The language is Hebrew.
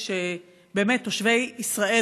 כשבאמת תושבי עוטף ישראל,